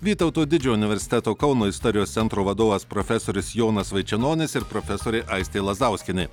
vytauto didžiojo universiteto kauno istorijos centro vadovas profesorius jonas vaičenonis ir profesorė aistė lazauskienė